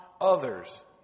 others